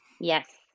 Yes